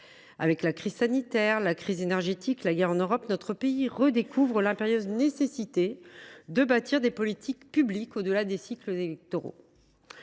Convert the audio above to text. Avec la crise sanitaire, la crise énergétique et la guerre en Europe, notre pays redécouvre l’impérieuse nécessité de bâtir des politiques publiques par delà les cycles électoraux.